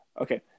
Okay